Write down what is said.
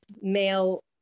male